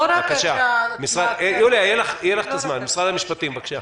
משרד המשפטים, בבקשה.